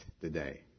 today